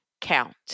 count